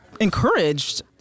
encouraged